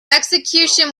execution